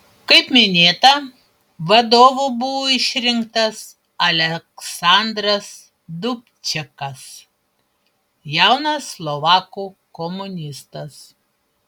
kaip minėta vadovu buvo išrinktas aleksandras dubčekas jaunas slovakų komunistas